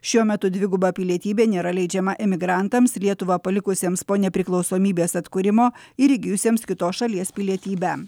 šiuo metu dviguba pilietybė nėra leidžiama emigrantams lietuvą palikusiems po nepriklausomybės atkūrimo ir įgijusiems kitos šalies pilietybę